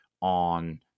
on